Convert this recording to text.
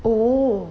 oh